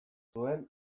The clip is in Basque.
zuen